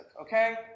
okay